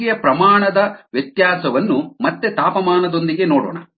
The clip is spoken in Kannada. ಬೆಳವಣಿಗೆಯ ಪ್ರಮಾಣ ನ ವ್ಯತ್ಯಾಸವನ್ನು ಮತ್ತೆ ತಾಪಮಾನದೊಂದಿಗೆ ನೋಡೋಣ